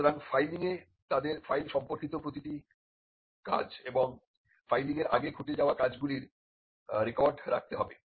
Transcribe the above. সুতরাং ফাইলিংয়ে তাদের ফাইল সম্পর্কিত প্রতিটি কাজ ক্রিয়া এবং ফাইলিংয়ের আগে ঘটে যাওয়া কাজগুলির রেকর্ড রাখতে হবে